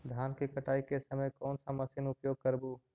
धान की कटाई के समय कोन सा मशीन उपयोग करबू?